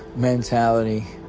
mentality?